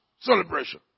celebration